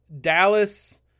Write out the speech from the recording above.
Dallas